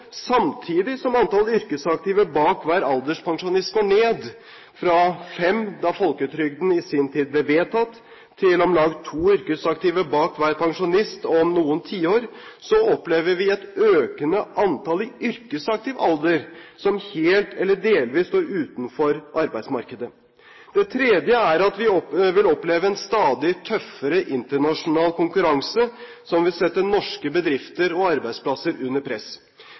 Samtidig som antall yrkesaktive bak hver alderspensjonist går ned fra fem, da folketrygden i sin tid ble vedtatt, til om lag to yrkesaktive bak hver pensjonist om noen tiår, opplever vi et økende antall i yrkesaktiv alder som helt eller delvis står utenfor arbeidsmarkedet. Vi vil oppleve en stadig tøffere internasjonal konkurranse som vil sette norske bedrifter og arbeidsplasser under press.